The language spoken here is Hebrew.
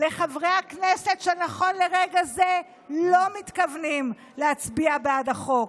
לחברי הכנסת שנכון לרגע זה לא מתכוונים להצביע בעד החוק,